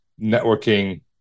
networking